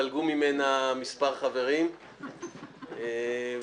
והיא בית יהודי מצומצם, אבל חשוב ביותר.